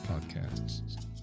podcasts